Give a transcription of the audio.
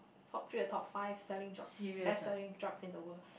top three or top five selling drugs best selling drugs in the world